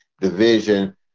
division